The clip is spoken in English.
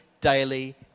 daily